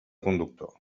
conductor